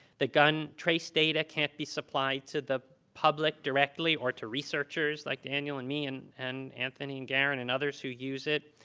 the gun trace data can't be supplied to the public directly or to researchers like daniel and me and and anthony and garen and others who use it.